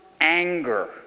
anger